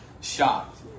shocked